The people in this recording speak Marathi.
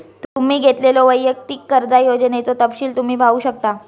तुम्ही घेतलेल्यो वैयक्तिक कर्जा योजनेचो तपशील तुम्ही पाहू शकता